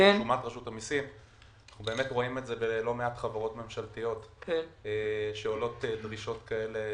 אנחנו רואים את זה בלא מעט חברות ממשלתיות שעולות דרישות כאלה,